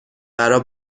برا